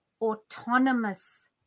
autonomous